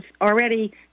already